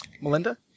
Melinda